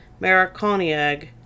Maraconiag